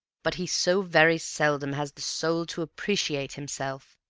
but he so very seldom has the soul to appreciate himself.